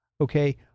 Okay